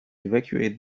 evacuate